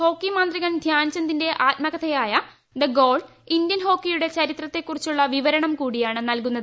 hockey മാന്ത്രികൻ ധ്യാൻചന്ദിന്റെ ആത്മകഥയായ ദി ഗോൾ ഇന്ത്യൻ ഹോക്കിയുടെ ചരിത്രത്തെക്കുറിച്ചുള്ള വിവരണം കൂടിയാണ് നൽകുന്നത്